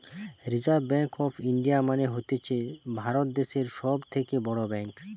reserve bank of India মানে হতিছে ভারত দ্যাশের সব থেকে বড় ব্যাঙ্ক